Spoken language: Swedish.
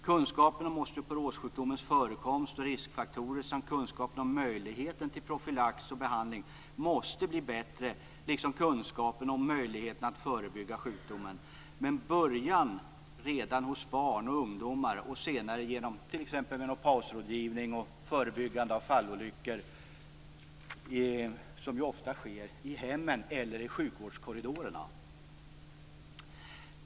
Kunskapen om osteoporossjukdomens förekomst och riskfaktorer samt kunskapen om möjligheterna till profylax och behandling måste bli bättre liksom kunskapen om möjligheterna att förebygga sjukdomen, med början redan hos barn och ungdomar och senare genom t.ex. menopausrådgivning och förebyggande av fallolyckor, som ofta sker i hemmen eller i sjukvårdskorridorerna.